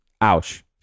Ouch